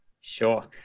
Sure